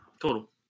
Total